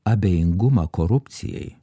abejingumą korupcijai